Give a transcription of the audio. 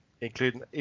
including